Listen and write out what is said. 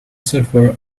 server